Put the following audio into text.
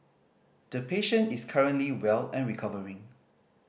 the patient is currently well and recovering